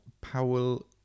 powell